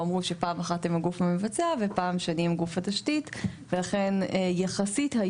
שפעם אחת הם הגוף המבצע ופעם אחת הם גוף התשתית,